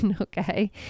Okay